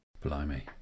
blimey